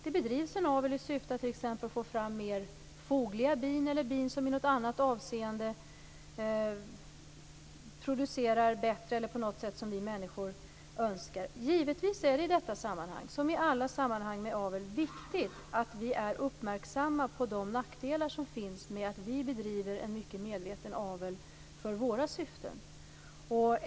Det bedrivs en avel i syfte att t.ex. få fram mer fogliga bin eller bin som i något annat avseende producerar bättre eller på något annat sätt som vi människor önskar. Givetvis är det i detta sammanhang - som i alla sammanhang med avel - viktigt att vi är uppmärksamma på de nackdelar som finns med att det bedrivs en medveten avel för våra syften.